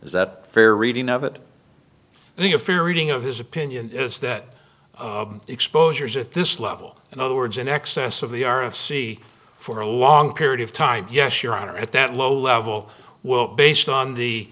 is that fair reading of it i think a fair reading of his opinion is that exposures at this level in other words in excess of the r of c for a long period of time yes your honor at that low level well based on